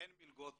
אין מלגות,